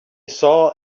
saw